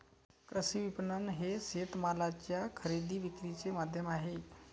कृषी विपणन हे शेतमालाच्या खरेदी विक्रीचे माध्यम आहे